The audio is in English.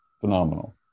Phenomenal